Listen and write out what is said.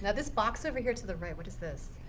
this box over here to the right, what is this?